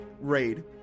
raid